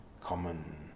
common